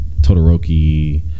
Todoroki